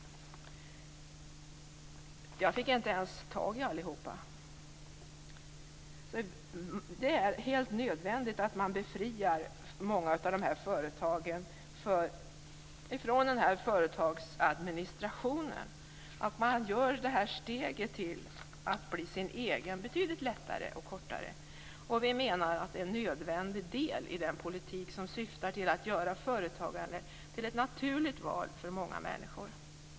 Jag fick inte ens tag i allihopa. Det är helt nödvändigt att man befriar många av företagen från företagsadministrationen. Man måste göra steget att bli sin egen betydligt lättare och kortare. Vi menar att detta är en nödvändig del i den politik som syftar till att göra företagandet till ett naturligt val för många människor.